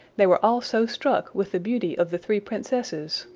they were all so struck with the beauty of the three princesses,